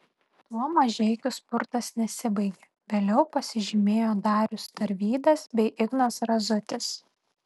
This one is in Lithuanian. tuo mažeikių spurtas nesibaigė vėliau pasižymėjo darius tarvydas bei ignas razutis